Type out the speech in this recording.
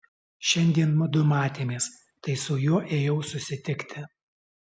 šiandien mudu matėmės tai su juo ėjau susitikti